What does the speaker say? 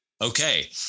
Okay